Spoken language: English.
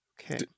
Okay